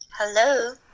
Hello